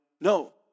No